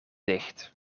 dicht